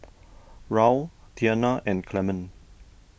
Raul Tianna and Clement